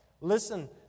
listen